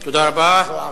תודה רבה.